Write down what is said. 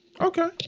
Okay